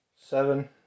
Seven